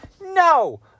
No